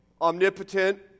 omnipotent